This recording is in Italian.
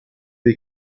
dei